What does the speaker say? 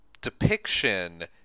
depiction